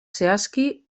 zehazki